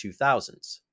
2000s